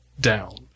down